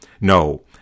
No